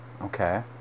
Okay